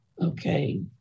Okay